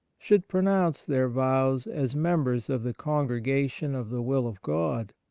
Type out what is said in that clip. should pronounce their vows as members of the congregation of the will of god,